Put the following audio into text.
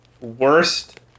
worst